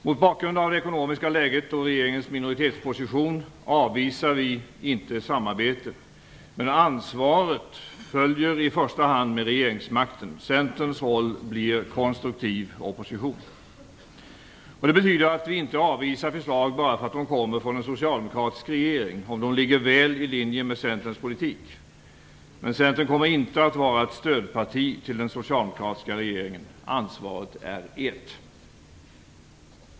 Mot bakgrund av det ekonomiska läget och regeringens minoritetsposition avvisar vi inte samarbete, men ansvaret följer i första hand med regeringsmakten. Centerns roll blir konstruktiv opposition. Det betyder att vi inte avvisar förslag bara för att de kommer från en socialdemokratisk regering om de ligger väl i linje med Centerns politik. Men Centern kommer inte att var ett stödparti till den socialdemokratiska regeringen. Ansvaret är ert!